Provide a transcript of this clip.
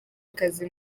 akazi